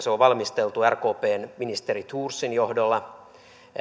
se on valmisteltu rkpn ministeri thorsin johdolla